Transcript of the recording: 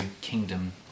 kingdom